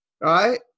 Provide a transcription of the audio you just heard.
right